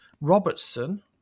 Robertson